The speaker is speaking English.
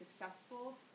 successful